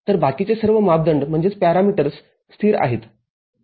तर बाकीचे सर्व मापदंड स्थिर आहेत